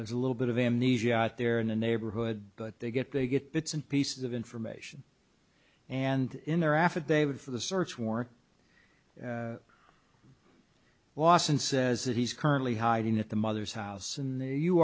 there's a little bit of amnesia out there in the neighborhood but they get they get bits and pieces of information and in their affidavit for the search warrant lawson says that he's currently hiding at the mother's house